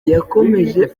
yakomeje